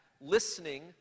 listening